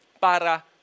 para